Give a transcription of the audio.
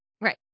right